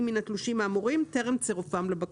מן התלושים האמורים טרם צירופם לבקשה."